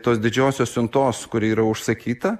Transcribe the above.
tos didžiosios siuntos kuri yra užsakyta